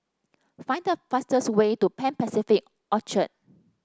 find the fastest way to Pan Pacific Orchard